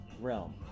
realm